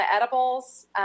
edibles